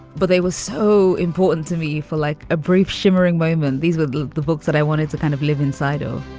but they were so important to me for like a brief, shimmering moment. these were the books that i wanted to kind of live inside of